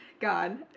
God